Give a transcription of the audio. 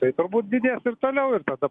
tai turbūt didės ir toliau ir tada